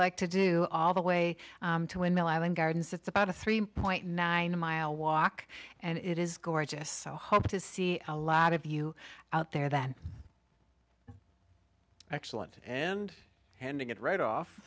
like to do all the way to win the island gardens it's about a three point nine mile walk and it is gorgeous so hope to see a lot of you out there then excellent and handing it right off